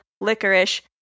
licorice